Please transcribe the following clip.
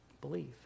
believe